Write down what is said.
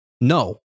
no